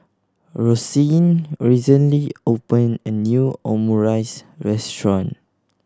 Roseanne recently opened a new Omurice Restaurant